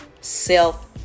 self